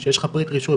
שיש לך פריט רישוי,